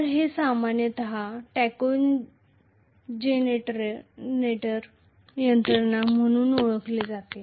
तर हे सामान्यत टॅकोजेनेटर यंत्रणा म्हणून ओळखले जाते